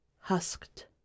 husked